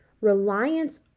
reliance